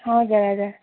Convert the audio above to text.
हजुर हजुर